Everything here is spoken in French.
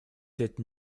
sept